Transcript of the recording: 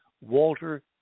Walter